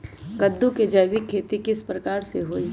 कददु के जैविक खेती किस प्रकार से होई?